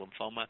lymphoma